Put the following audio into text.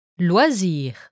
Loisirs